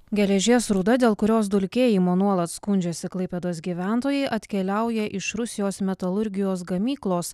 geležies rūda dėl kurios dulkėjimo nuolat skundžiasi klaipėdos gyventojai atkeliauja iš rusijos metalurgijos gamyklos